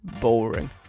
boring